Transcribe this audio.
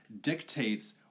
dictates